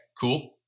cool